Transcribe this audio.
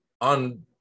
on